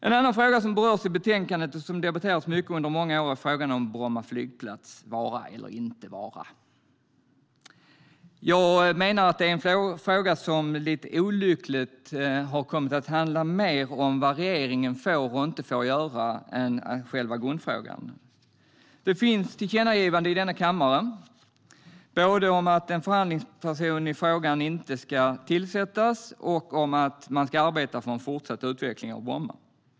En annan fråga som berörs i betänkandet och som debatterats mycket under många år är frågan om Bromma flygplats vara eller inte vara. Jag menar att det är en fråga som lite olyckligt har kommit att handla mer om vad regeringen får och inte får göra än om själva grundfrågan. Det finns tillkännagivanden från denna kammare både om att en förhandlingsperson i frågan inte ska tillsättas och om att man ska arbeta för en fortsatt utveckling av Bromma.